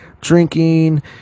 drinking